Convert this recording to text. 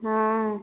हाँ